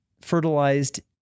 fertilized